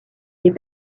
ces